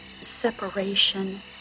separation